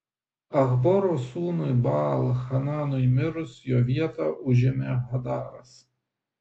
achboro sūnui baal hananui mirus jo vietą užėmė hadaras